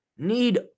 need